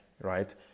right